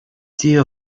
dia